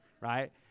right